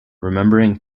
remembering